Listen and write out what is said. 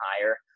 higher